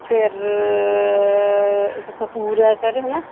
ਫੇਰ ਇੱਕ ਕਪੂਰ ਹੈ ਸਰ ਹੈ ਨਾ